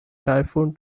typhoon